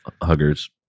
Huggers